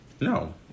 No